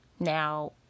Now